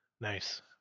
Nice